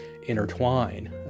Intertwine